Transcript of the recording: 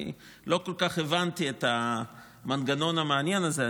אני לא כל כך הבנתי את המנגנון המעניין הזה,